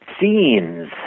scenes